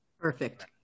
Perfect